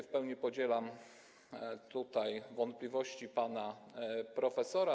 W pełni podzielam wątpliwości pana profesora.